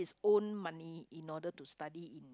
own money in order to study in